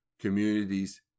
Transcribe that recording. communities